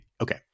okay